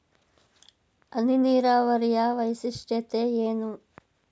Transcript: ಹನಿ ನೀರಾವರಿಯ ವೈಶಿಷ್ಟ್ಯತೆ ಏನು?